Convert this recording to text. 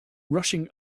rushing